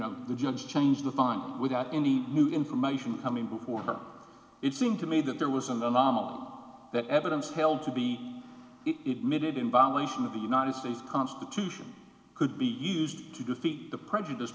know the judge changed the fine without any new information coming before her it seemed to me that there was an anomaly that evidence held to be it made it in violation of the united states constitution could be used to defeat the prejudice